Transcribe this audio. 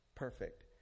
perfect